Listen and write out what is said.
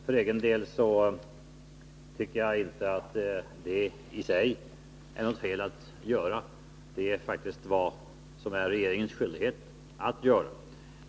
För egen del tycker jag inte att det i sig är fel — det är faktiskt regeringens skyldighet att göra det.